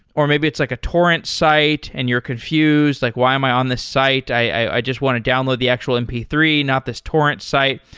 or maybe it's like a torrent site and you're confused like, why am i on this site? i just want to download the actual m p three, not this torrent site.